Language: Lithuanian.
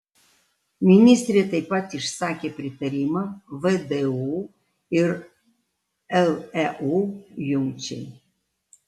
ministrė taip pat išsakė pritarimą vdu ir leu jungčiai